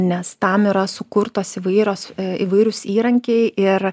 nes tam yra sukurtos įvairios įvairūs įrankiai ir